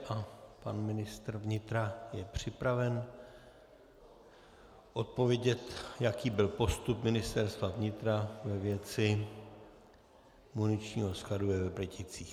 Pan ministr vnitra je připraven odpovědět, jaký byl postup Ministerstva vnitra ve věci muničního skladu ve Vrběticích.